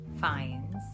finds